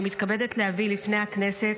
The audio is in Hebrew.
אני מתכבדת להביא בפני הכנסת,